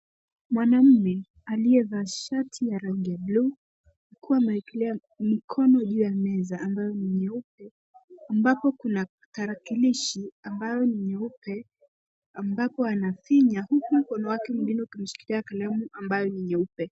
Mwanamume aliyevaa shati ya rangi ya bluu, akiwa amekelea mikono juu ya meza ambayo ni nyeupe, ambapo kuna tarakilishi ambayo ni nyeupe, ambapo anafinya huku mkono wake mwingine ukiishikilia kalamu ambayo ni nyeupe.